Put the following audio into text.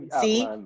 see